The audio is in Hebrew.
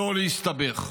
לא להסתבך.